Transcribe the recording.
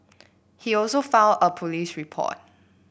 he also filed a police report